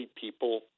people